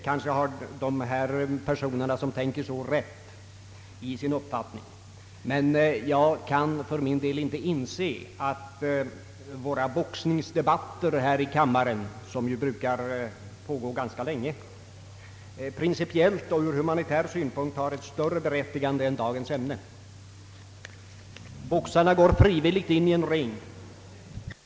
Kanske har de personer, som tänker så, rätt i sin uppfattning, men jag kan för min del inte inse att våra boxningsdebatter här i kammaren, som ju brukar pågå ganska länge, principiellt och ur humanitär synpunkt har större berättigande än dagens ämne. Boxarna går frivilligt in i en ring.